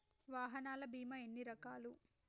వాహనాల బీమా ఎన్ని రకాలు?